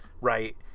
Right